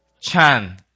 Chan